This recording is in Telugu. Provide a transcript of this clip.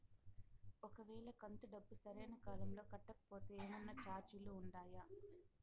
ఒక వేళ కంతు డబ్బు సరైన కాలంలో కట్టకపోతే ఏమన్నా చార్జీలు ఉండాయా?